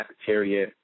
cafeteria